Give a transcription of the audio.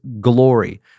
glory